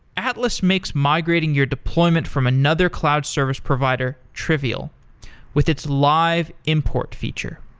atlas makes migrating your deployment from another cloud service provider trivial with its live import feature